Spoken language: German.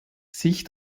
sich